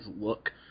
look